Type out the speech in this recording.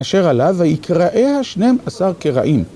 אשר עליו יקרעיה שנים עשר קרעים.